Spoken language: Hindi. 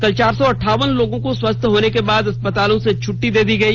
कल चार सौ अंठावन लोगों को स्वस्थ होने के बाद अस्पतालों से छुट्टी दे दी गई